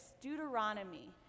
Deuteronomy